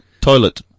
Toilet